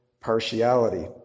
partiality